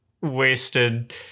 wasted